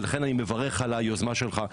ולכן אני מברך על היוזמה שלך,